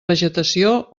vegetació